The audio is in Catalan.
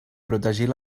protegir